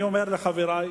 אני אומר לחברי,